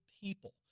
people